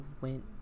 went